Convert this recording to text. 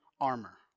armor